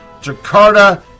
Jakarta